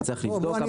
אני צריך לבדוק.